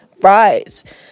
Right